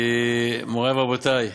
מורי ורבותי,